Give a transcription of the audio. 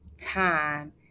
time